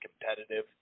competitive